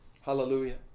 hallelujah